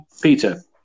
Peter